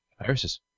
viruses